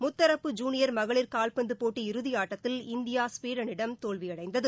முத்தரப்பு ஜுனியர் மகளிர் கால்பந்து போட்டி இறுதி ஆட்டத்தில் இந்தியா ஸ்வீடனிடம் தோல்வி அடைந்தது